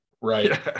right